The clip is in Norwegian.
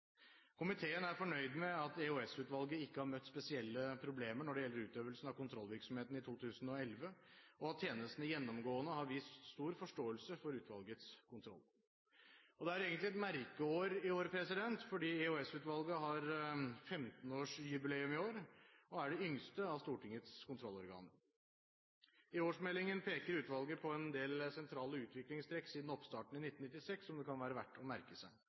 Komiteen er fornøyd med at EOS-utvalget ikke har møtt spesielle problemer når det gjelder utøvelsen av kontrollvirksomheten i 2011, og at tjenestene gjennomgående har vist stor forståelse for utvalgets kontroll. Det er egentlig et merkeår i år: EOS-utvalget har 15-årsjubileum i år og er det yngste av Stortingets kontrollorganer. I årsmeldingen peker utvalget på en del sentrale utviklingstrekk siden oppstarten i 1996 som det kan være verdt å merke seg.